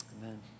Amen